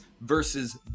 versus